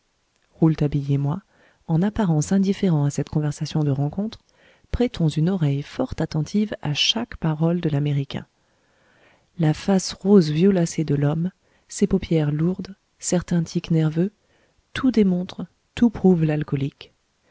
rouletabille et moi en apparence indifférents à cette conversation de rencontre prêtons une oreille fort attentive à chaque parole de l'américain la face rase violacée de l'homme ses paupières lourdes certains tics nerveux tout démontre tout prouve l'alcoolique